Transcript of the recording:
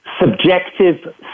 subjective